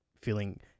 feeling